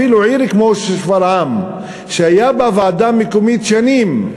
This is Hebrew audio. אפילו עיר כמו שפרעם, שהייתה בה ועדה מקומית שנים,